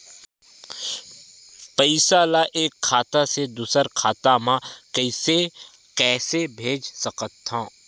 पईसा एक खाता से दुसर खाता मा कइसे कैसे भेज सकथव?